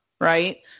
right